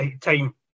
time